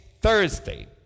Thursday